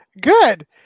good